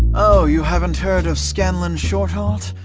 oh, you haven't heard of scanlan shorthalt?